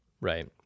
Right